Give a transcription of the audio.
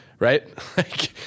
right